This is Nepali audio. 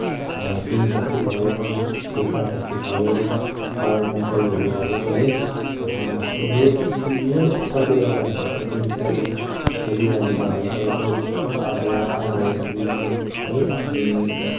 फिङ फ्याक्ट्री भयो थुक्पा फ्याक्ट्री भयो फ्लावर नर्सरीहरू भयो है यो यो कतिवटा कुराहरूले पनि जस्तै अब खेतीबालीमा भयो तपाईँको अदुवा अलैंची है